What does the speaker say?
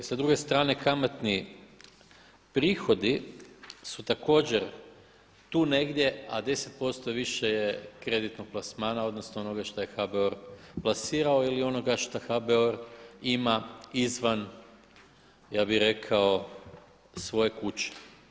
I sa druge strane kamatni prihodi su također tu negdje a 10% više je kreditnog plasmana odnosno onoga što je HBOR plasirao ili onoga šta HBOR ima izvan ja bih rekao svoje kuće.